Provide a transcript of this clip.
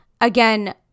again